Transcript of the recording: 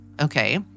Okay